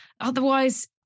Otherwise